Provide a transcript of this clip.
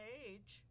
age